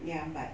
ya but